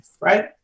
right